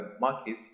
market